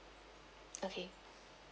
okay